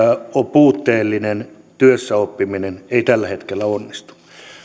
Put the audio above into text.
puutteellinen työssäoppiminen ei tälläkään hetkellä onnistu